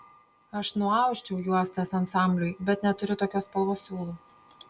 aš nuausčiau juostas ansambliui bet neturiu tokios spalvos siūlų